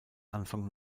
anfang